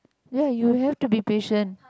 ya you have to be patient